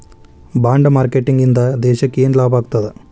Bond marketing ಇಂದಾ ದೇಶಕ್ಕ ಯೆನ್ ಲಾಭಾಗ್ತದ?